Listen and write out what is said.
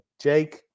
Jake